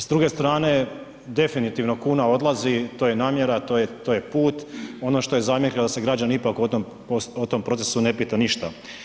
S druge strane definitivno kuna odlazi, to je namjera, to je put, ono što je zamjerka da se građane ipak o tom procesu ne pita ništa.